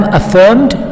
affirmed